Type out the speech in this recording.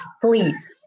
Please